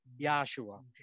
Yahshua